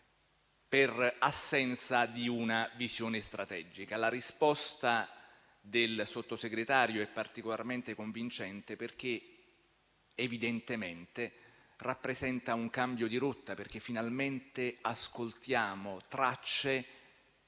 per assenza di una visione strategica. La risposta del Sottosegretario è particolarmente convincente, perché evidentemente rappresenta un cambio di rotta: finalmente ascoltiamo tracce